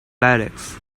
lyrics